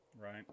right